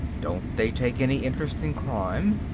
don't they take any interest in crime?